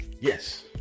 yes